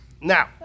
Now